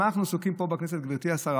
ובמה אנחנו עסוקים פה בכנסת, גברתי השרה?